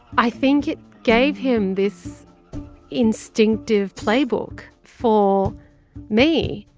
i think it gave him this instinctive playbook for me,